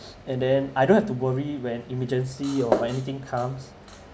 and then I don't have to worry when emergency or anything comes